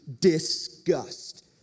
disgust